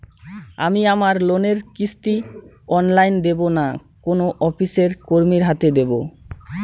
আমি আমার লোনের কিস্তি অনলাইন দেবো না কোনো অফিসের কর্মীর হাতে দেবো?